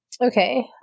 Okay